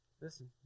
Listen